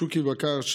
שוקי בקר,